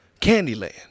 Candyland